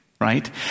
Right